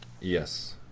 Yes